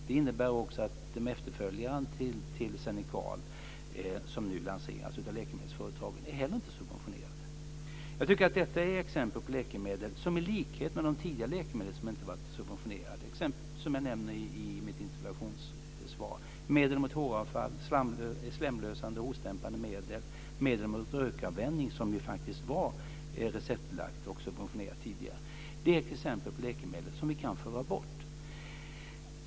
Det innebär också att efterföljaren till Xenical, som nu lanseras av läkemedelsföretagen, inte heller är subventionerad. Jag tycker att detta är exempel på läkemedel som i likhet med de tidigare läkemedlen, som inte är subventionerade och som jag nämnde i mitt interpellationssvar, kan föras bort. Det gällde medel mot håravfall, slemlösande och hostdämpande medel och medel mot rökavvänjning, som faktiskt var receptbelagt och subventionerat tidigare.